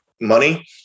money